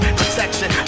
protection